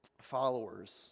followers